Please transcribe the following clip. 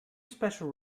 special